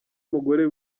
mugore